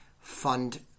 fund